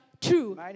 True